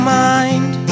mind